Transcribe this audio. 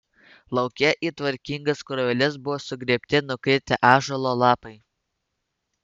lauke į tvarkingas krūveles buvo sugrėbti nukritę ąžuolo lapai